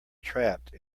trapped